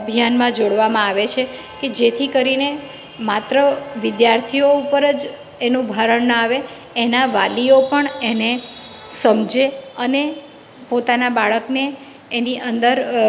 અભિયાનમાં જોળવામાં આવે છે કે જેથી કરીને માત્ર વિધાર્થીઓ ઉપર જ એનું ભારણ ન આવે એના વાલીઓ પણ એને સમજે અને પોતાના બાળકને એની અંદર